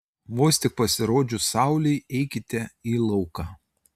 vos tik pasirodžius saulei eikite į lauką